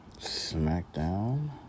Smackdown